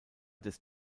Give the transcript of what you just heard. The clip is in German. des